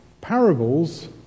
Parables